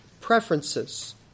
preferences